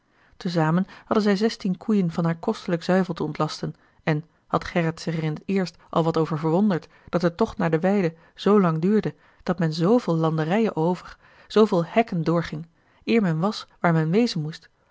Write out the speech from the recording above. zamen hadden zij zestien koeien van haar kostelijk zuivel te ontlasten en had gerrit zich er in t eerst al wat over verwonderd dat de tocht naar de weide zoo lang duurde dat men zooveel landerijen over zooveel hekken doorging eer men was waar men wezen moest